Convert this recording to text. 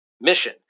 Mission